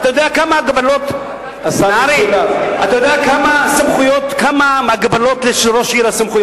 אתה יודע כמה הגבלות יש על סמכויותיו של ראש עיר?